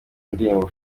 ndirimbo